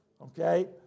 okay